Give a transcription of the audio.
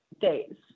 days